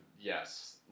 yes